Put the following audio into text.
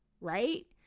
right